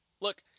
look